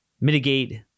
mitigate